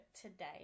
today